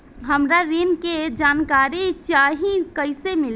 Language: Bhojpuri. हमरा ऋण के जानकारी चाही कइसे मिली?